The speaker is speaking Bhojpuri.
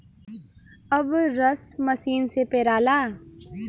अब रस मसीन से पेराला